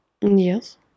Yes